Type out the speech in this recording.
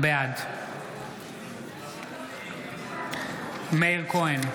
בעד מאיר כהן,